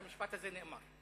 שהמשפט הזה נאמר.